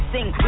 Sing